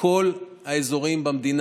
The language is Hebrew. בכל האזורים במדינה.